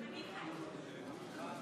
מזכיר הכנסת,